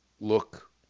look